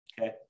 okay